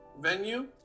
venue